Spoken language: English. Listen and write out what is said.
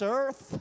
earth